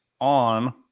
On